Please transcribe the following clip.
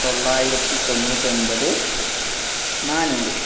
തൊള്ളായിരത്തി തൊണ്ണൂറ്റൊൻപത് നാനൂറ്